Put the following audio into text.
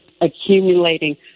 accumulating